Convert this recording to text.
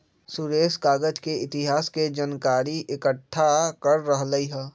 सुरेश कागज के इतिहास के जनकारी एकट्ठा कर रहलई ह